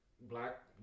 black